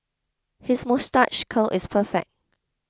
his moustache curl is perfect